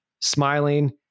smiling